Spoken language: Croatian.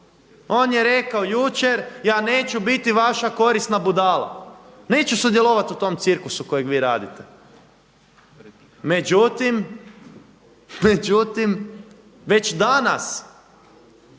On je rekao jučer, ja neću biti vaša korisna budala, neću sudjelovat u tom cirkusu kojeg vi radite. Međutim, već danas